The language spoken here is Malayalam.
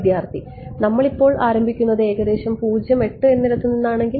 വിദ്യാർത്ഥി നമ്മളിപ്പോൾ ആരംഭിക്കുന്നത് ഏകദേശം 0 8 എന്നിടത്ത് നിന്നാണെങ്കിൽ